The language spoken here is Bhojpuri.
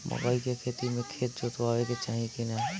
मकई के खेती मे खेत जोतावे के चाही किना?